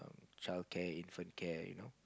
childcare infant care you know